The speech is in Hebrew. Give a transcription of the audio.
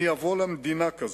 מי יבוא למדינה כזו?